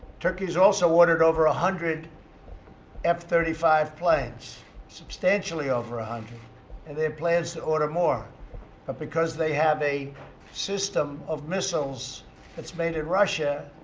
turkey has also ordered over a hundred f thirty five planes substantially over a hundred and they have plans to order more. but because they have a system of missiles that's made in russia,